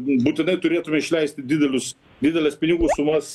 būtinai turėtume išleisti didelius dideles pinigų sumas